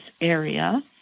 area